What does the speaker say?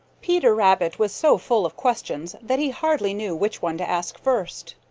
peter rabbit was so full of questions that he hardly knew which one to ask first.